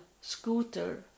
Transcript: scooter